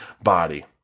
body